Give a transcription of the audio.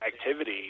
activity